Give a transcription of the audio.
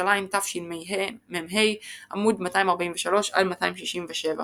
ירושלים תשמ"ה, עמ' 243–267